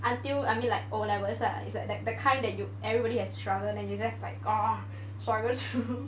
until I mean like O levels lah it's like like the kind that you everybody has to struggle then you just like ugh struggle through